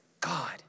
God